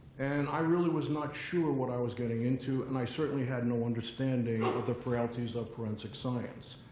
and i really was not sure what i was getting into. and i certainly had no understanding of of the frailties of forensic science.